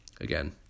again